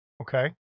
Okay